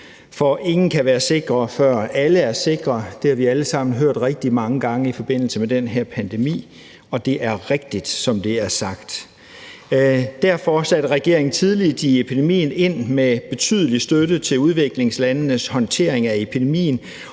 for ingen kan være sikre, før alle er sikre. Det har vi alle sammen hørt rigtig mange gange i forbindelse med den her pandemi, og det er rigtigt, som det er sagt. Derfor satte regeringen tidligt ind med betydelig støtte til udviklingslandenes håndtering af epidemien